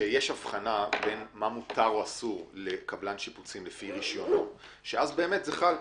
שיש הבחנה בין מה מותר או אסור לקבלן שיפוצים לפי- -- שאז זה חל,